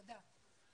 תודה.